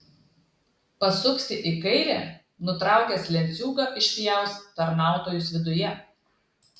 pasuksi į kairę nutraukęs lenciūgą išpjaus tarnautojus viduje